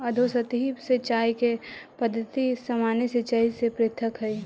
अधोसतही सिंचाई के पद्धति सामान्य सिंचाई से पृथक हइ